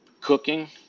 Cooking